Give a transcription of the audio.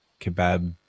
kebab